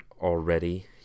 already